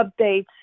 updates